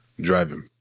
Driving